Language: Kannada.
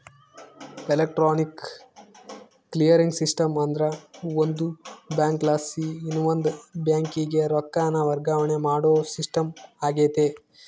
ಎಲೆಕ್ಟ್ರಾನಿಕ್ ಕ್ಲಿಯರಿಂಗ್ ಸಿಸ್ಟಮ್ ಅಂದ್ರ ಒಂದು ಬ್ಯಾಂಕಲಾಸಿ ಇನವಂದ್ ಬ್ಯಾಂಕಿಗೆ ರೊಕ್ಕಾನ ವರ್ಗಾವಣೆ ಮಾಡೋ ಸಿಸ್ಟಮ್ ಆಗೆತೆ